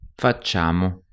Facciamo